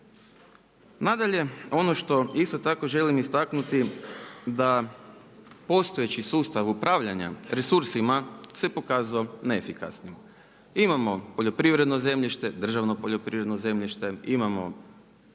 Nadalje, ono što isto tako želim istaknuti da postojeći sustav upravljanja resursima se pokazao neefikasan. Imamo poljoprivredno zemljište, državno poljoprivredno zemljište, imamo